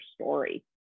story